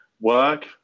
work